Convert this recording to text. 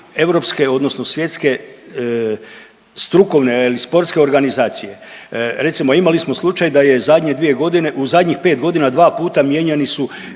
europske odnosno svjetske strukovne ili sportske organizacije. Recimo imali smo slučaj da je u zadnje 2.g., u zadnjih 5.g. dva puta mijenjani su